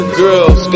girls